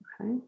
okay